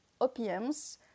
OPMs